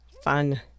Fun